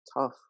tough